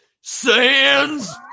Sands